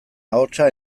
ahotsa